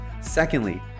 Secondly